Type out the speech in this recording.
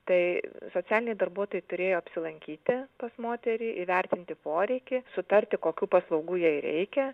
tai socialiniai darbuotojai turėjo apsilankyti pas moterį įvertinti poreikį sutarti kokių paslaugų jai reikia